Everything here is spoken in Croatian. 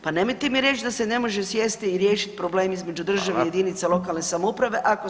Pa nemojte mi reći da se ne može sjesti i riješiti problem između [[Upadica: Hvala.]] državne i jedinica lokalne samouprave, ako se hoće.